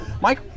Mike